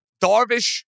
Darvish